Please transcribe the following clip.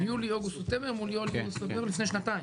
יולי-אוגוסט-ספטמבר מול יולי-אוגוסט-ספטמבר לפני שנתיים,